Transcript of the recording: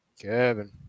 Kevin